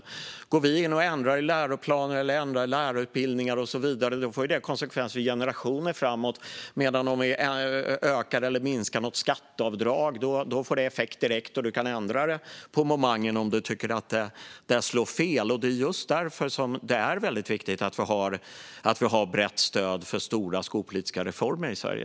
Om man går in och ändrar i läroplanen eller i lärarutbildningarna och så vidare får det konsekvenser i generationer framåt, men om man ökar eller minskar något skatteavdrag får det effekt direkt. Sådant kan man ändra på momangen om man tycker att det slår fel. Det är just därför det är väldigt viktigt att ha brett stöd för stora, skolpolitiska reformer i Sverige.